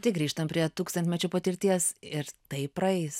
tai grįžtam prie tūkstantmečių patirties ir tai praeis